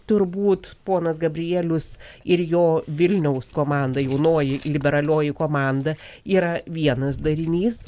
turbūt ponas gabrielius ir jo vilniaus komanda jaunoji liberalioji komanda yra vienas darinys